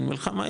יש מלחמה,